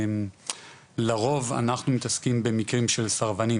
לרוב אנחנו מתעסקים במקרים של סרבנים